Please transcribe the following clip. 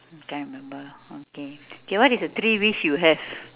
you can't remember ah okay what is the three wish you have